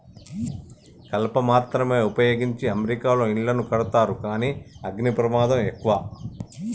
కలప మాత్రమే వుపయోగించి అమెరికాలో ఇళ్లను కడతారు కానీ అగ్ని ప్రమాదం ఎక్కువ